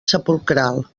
sepulcral